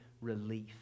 relief